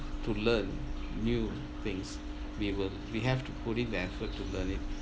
to learn new things we will we have to put in the effort to learn it